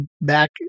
back